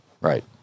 Right